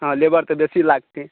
labour तऽ बेसी लागतै